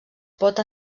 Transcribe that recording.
pot